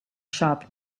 sharp